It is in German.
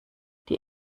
die